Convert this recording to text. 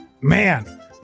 Man